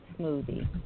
smoothie